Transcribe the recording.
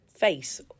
face